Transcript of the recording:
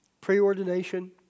Preordination